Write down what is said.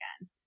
again